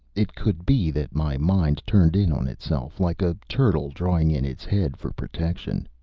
it could be that my mind turned in on itself, like a turtle drawing in its head for protection.